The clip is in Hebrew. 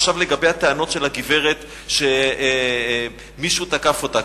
עכשיו לגבי הטענות של הגברת שמישהו תקף אותה.